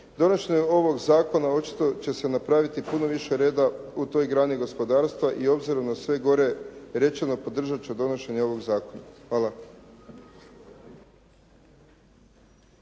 Donošenjem ovog zakona očito će se napraviti puno više reda u toj grani gospodarstva i obzirom na sve gore rečeno podržat će donošenje ovog zakona. Hvala.